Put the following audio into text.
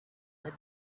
that